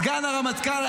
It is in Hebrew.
סגן הרמטכ"ל,